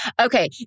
Okay